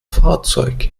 fahrzeug